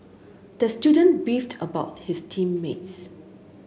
the student beefed about his team mates